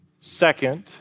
second